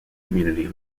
community